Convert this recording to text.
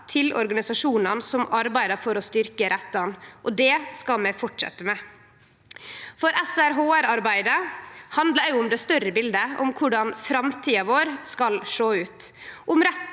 til organisasjonane som arbeider for å styrkje rettane, og det skal vi fortsetje med. SRHR-arbeidet handlar òg om det større bildet – om korleis framtida vår skal sjå ut,